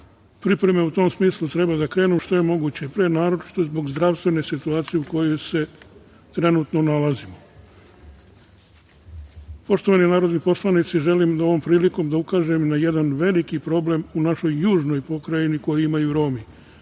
pripreme u tom smislu treba da krenu što je moguće pre, naročito zbog zdravstvene situacije u kojoj se trenutno nalazimo. Poštovani narodni poslanici, želim da ovom prilikom ukažem na jedan veliki problem u našoj južnoj pokrajini koji imaju Romi